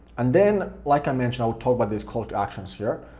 and then, like i mentioned, i will talk about these call to actions here.